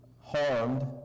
harmed